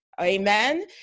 amen